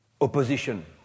opposition